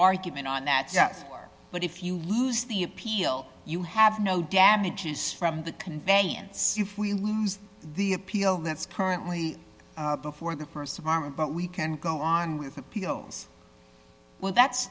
argument on that yes but if you lose the appeal you have no damages from the conveyance we lose the appeal that's currently before the st of our men but we can go on with appeals well that's